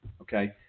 Okay